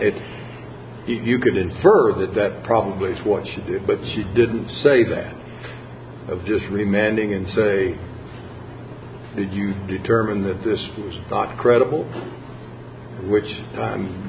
if you could infer that that probably is what she did but she didn't say that of just remanding and say did you determine that this was not credible which